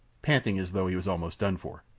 panting as though he was almost done for.